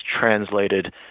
translated